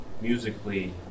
musically